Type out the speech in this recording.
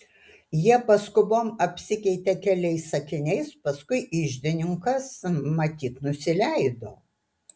jie paskubom apsikeitė keliais sakiniais paskui iždininkas matyt nusileido